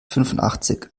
fünfundachtzig